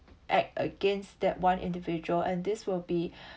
act against that one individual and this will be